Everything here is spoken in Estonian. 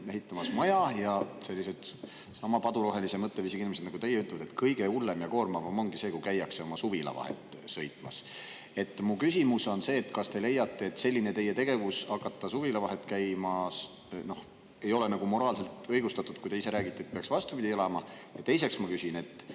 ehitamas, ja sellised sama padurohelise mõtteviisiga inimesed nagu teie ütlevad, et kõige hullem ja koormavam ongi see, kui käiakse oma suvila vahet sõitmas. Mu küsimus teile on, et kas te [ei leia], et teie selline tegevus hakata suvila vahet käima ei ole moraalselt õigustatud, kui te ise räägite, et peaks vastupidi elama? Ja teiseks küsin, et